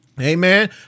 Amen